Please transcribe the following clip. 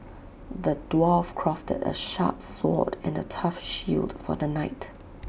the dwarf crafted A sharp sword and A tough shield for the knight